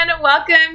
Welcome